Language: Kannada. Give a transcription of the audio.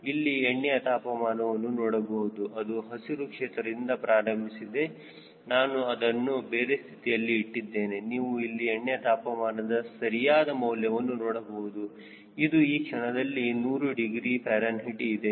ಇಲ್ಲಿ ಎಣ್ಣೆಯ ತಾಪಮಾನವನ್ನು ನೋಡಬಹುದು ಅದು ಹಸಿರು ಕ್ಷೇತ್ರದಿಂದ ಪ್ರಾರಂಭಿಸಿದೆ ನಾನು ಅದನ್ನು ಬೇರೆ ಸ್ಥಿತಿಯಲ್ಲಿ ಇಟ್ಟಿದ್ದೇನೆ ನೀವು ಇಲ್ಲಿ ಎಣ್ಣೆಯ ತಾಪಮಾನದ ಸರಿಯಾದ ಮೌಲ್ಯವನ್ನು ನೋಡಬಹುದು ಇದು ಈ ಕ್ಷಣದಲ್ಲಿ 100 ಡಿಗ್ರಿ ಫ್ಯಾರನ್ಹೀಟ್ ಇದೆ